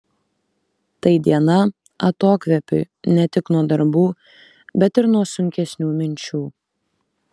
tai diena atokvėpiui ne tik nuo darbų bet ir nuo sunkesnių minčių